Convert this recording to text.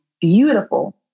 beautiful